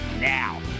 now